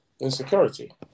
insecurity